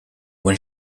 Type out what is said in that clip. when